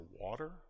water